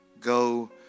go